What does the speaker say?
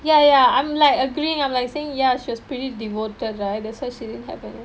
ya ya I'm like agreeing I'm like saying ya she was pretty devoted right that's why she didn't have any